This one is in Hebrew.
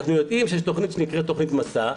אנחנו יודעים שיש תוכנית שנקראת תוכנית מסע,